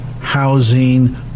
housing